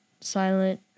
silent